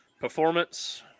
Performance